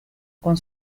con